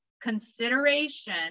consideration